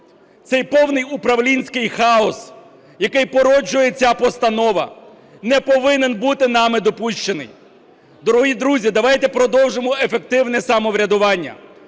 Цей повний управлінський хаос, який породжує ця постанова, не повинен нами бути допущений. Дорогі друзі, давайте продовжимо ефективне самоврядування,